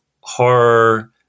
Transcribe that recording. horror